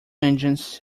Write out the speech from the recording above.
engines